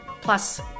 Plus